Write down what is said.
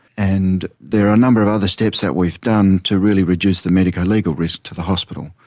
and there are a number of other steps that we've done to really reduce the medico-legal risk to the hospital,